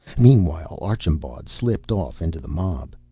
meanwhile, archambaud slipped off into the mob.